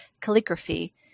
calligraphy